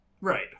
right